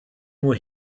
nur